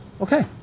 Okay